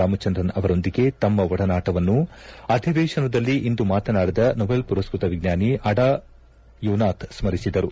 ರಾಮಚಂದ್ರನ್ ಅವರೊಂದಿಗೆ ತಮ್ಮ ಒಡನಾಟವನ್ನು ಅಧಿವೇಶನದಲ್ಲಿ ಇಂದು ಮಾತನಾಡಿದ ನೊಬೆಲ್ ಮರಸ್ನತ ವಿಜ್ಞಾನಿ ಅಡಾ ಯೋನಾಥ್ ಸ್ಕರಿಸಿದರು